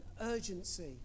urgency